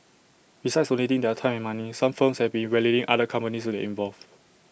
besides donating their time and money some firms have been rallying other companies to get involved